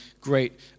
great